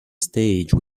stage